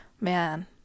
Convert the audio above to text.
man